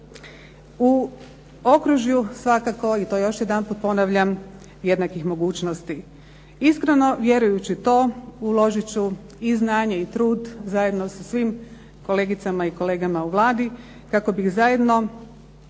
U okružju svakako i to još jedanput ponavljam, jednakih mogućnosti. Iskreno vjerujući to uložit ću i znanje i trud zajedno sa svim kolegicama i kolegama u Vladi kako bih zajedno